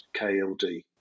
KLD